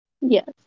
Yes